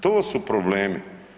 To su problemi.